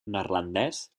neerlandès